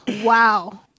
Wow